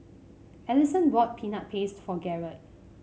Alison bought Peanut Paste for Garrett